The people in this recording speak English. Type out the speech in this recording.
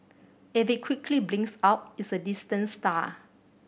if it quickly blinks out it's a distant star